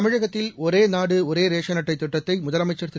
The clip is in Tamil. தமிழகத்தில் ஒரே நாடு ஒரே ரேசன் அட்ளட திட்டத்தை முதலமைச்சர் திரு